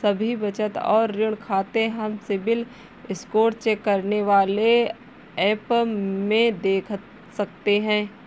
सभी बचत और ऋण खाते हम सिबिल स्कोर चेक करने वाले एप में देख सकते है